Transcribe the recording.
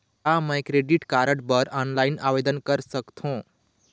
का मैं credit card बर ऑनलाइन आवेदन कर सकथों?